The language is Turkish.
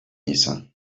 nisan